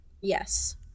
Yes